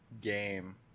game